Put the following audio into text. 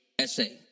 essay